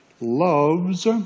loves